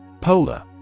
Polar